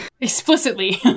Explicitly